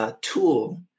tool